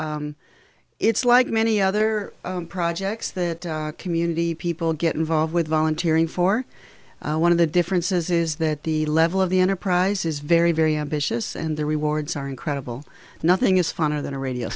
it's like many other projects that community people get involved with volunteering for one of the differences is that the level of the enterprise is very very ambitious and the rewards are incredible nothing is finer than a radio